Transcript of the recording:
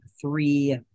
three